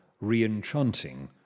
re-enchanting